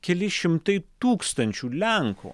keli šimtai tūkstančių lenkų